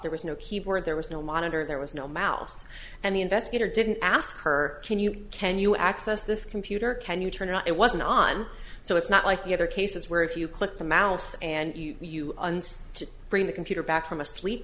there was no keyboard there was no monitor there was no mouse and the investigator didn't ask her can you can you access this computer can you turn it wasn't on so it's not like the other cases where if you click the mouse and you unst to bring the computer back from a slee